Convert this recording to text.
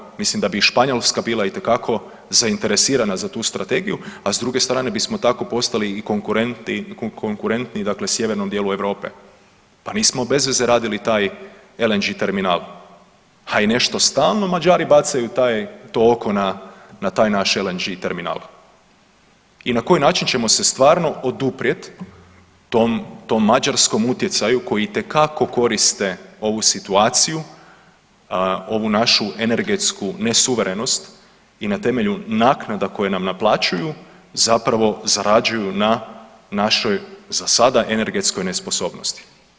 Evo ga, mislim da bi i Španjolska bila itekako zainteresirana za tu strategiju, a s druge strane bismo tako postali i konkurentniji dakle sjevernom dijelu Europe, pa nismo bez veze radili taj LNG terminal, a i nešto stalno Mađari bacaju taj, to oko na, na taj naš LNG terminal i na koji način ćemo se stvarno oduprijet tom, tom mađarskom utjecaju koji itekako koriste ovu situaciju, ovu našu energetsku nesuverenost i na temelju naknada koje nam naplaćuju zapravo zarađuju na našoj za sada energetskoj nesposobnosti.